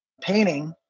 painting